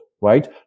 Right